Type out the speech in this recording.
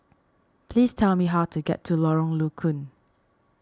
please tell me how to get to Lorong Low Koon